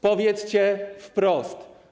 Powiedzcie wprost.